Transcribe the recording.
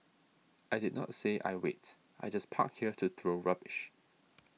I did not say I wait I just park here to throw rubbish